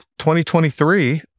2023